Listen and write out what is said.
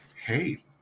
Hey